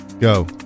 Go